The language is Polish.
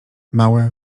małe